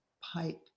pipe